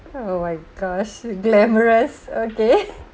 oh my gosh glamorous okay